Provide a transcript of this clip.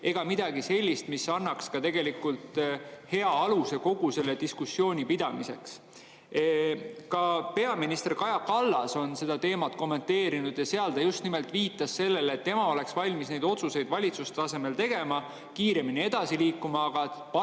ega midagi sellist, mis annaks hea aluse kogu selle diskussiooni pidamiseks. Ka peaminister Kaja Kallas on seda teemat kommenteerinud. Ta just nimelt viitas sellele, et tema oleks valmis neid otsuseid valitsuse tasemel tegema, kiiremini edasi liikuma, aga partnerid